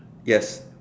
yes